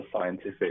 scientific